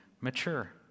mature